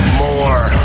more